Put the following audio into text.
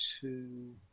two